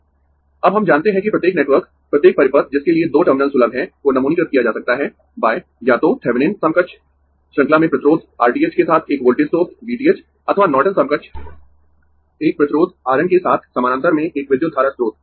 अब हम जानते है कि प्रत्येक नेटवर्क प्रत्येक परिपथ जिसके लिए दो टर्मिनल सुलभ है को नमूनीकृत किया जा सकता है या तो थेविनिन समकक्ष श्रृंखला में प्रतिरोध R th के साथ एक वोल्टेज स्रोत V th अथवा नॉर्टन समकक्ष एक प्रतिरोध R N के साथ समानांतर में एक विद्युत धारा स्रोत